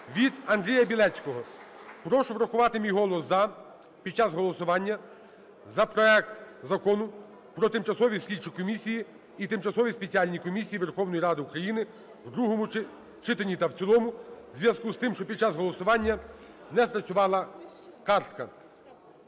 від Андрія Білецького. "Прошу врахувати мій голос "за" під час голосування за проект Закону про тимчасовій слідчі комісії і тимчасові спеціальні комісії Верховної Ради України у другому читанні та в цілому в зв'язку з тим, що під час голосування не спрацювала картка".